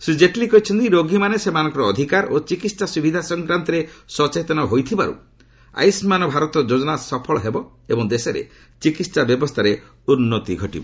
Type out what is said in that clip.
ଶ୍ରୀ ଜେଟ୍ଲୀ କହିଛନ୍ତି ରୋଗୀମାନେ ସେମାନଙ୍କର ଅଧିକାର ଓ ଚିକିତ୍ସା ସ୍ରବିଧା ସଂକ୍ରାନ୍ତରେ ସଚେତନ ହୋଇଥିବାରୁ ଆୟୁଷ୍କାନ ଭାରତ ଯୋଜନା ସଫଳ ହେବ ଏବଂ ଦେଶରେ ଚିକିତ୍ସା ବ୍ୟବସ୍ଥାରେ ଉନ୍ତି ଘଟିବ